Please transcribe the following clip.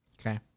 Okay